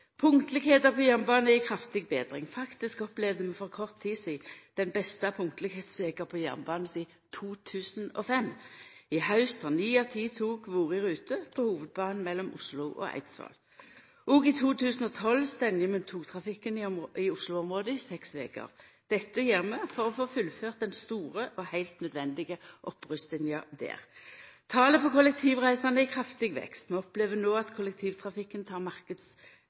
på jernbanen er i kraftig betring. Faktisk opplevde vi for kort tid sidan den beste punktlegheitsveka på jernbanen sidan 2005. I haust har ni av ti tog vore i rute på hovudbanen mellom Oslo og Eidsvoll. Òg i 2012 stengjer vi togtrafikken i Oslo-området i seks veker. Dette gjer vi for å få fullført den store og heilt nødvendige opprustinga der. Talet på kollektivreisande er i kraftig vekst. Vi opplever no at kollektivtrafikken